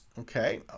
okay